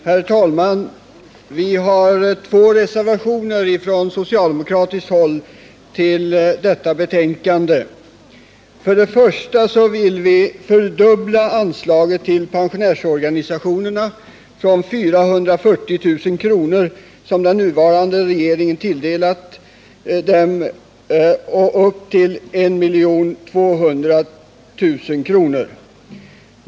Herr talman! Två reservationer är från socialdemokratiskt håll fogade till detta betänkande. Vi vill öka anslaget till pensionärsorganisationerna från 440 000 kr., som den nuvarande regeringen tilldelat dem, till 1 200 000 kr.